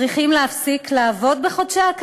בעקבות החלטת